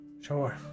Sure